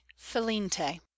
FELINTE